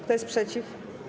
Kto jest przeciw?